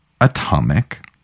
atomic